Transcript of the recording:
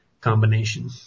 combination